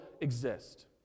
exist